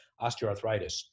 osteoarthritis